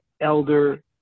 elder